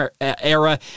era